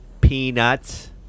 Peanuts